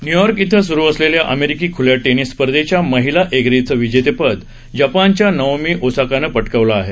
New York इथं सुरु असलेल्या अमेरिकी खुल्या टेनिस स्पर्धेच्या महिला एकेरीचं विजेतेपद जपानच्या नाओमी ओसाकानं पटकावलं आहे